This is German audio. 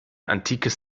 antikes